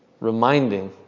reminding